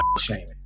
shaming